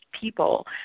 people